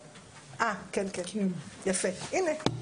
יפה, הנה.